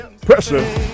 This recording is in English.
Pressure